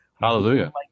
hallelujah